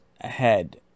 ahead